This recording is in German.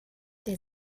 der